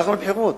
הלכנו לבחירות.